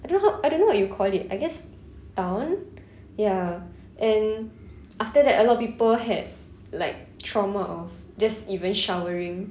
I don't know how I don't know what you call it I guess town ya and after that a lot of people have like trauma of just even showering